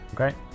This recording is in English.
Okay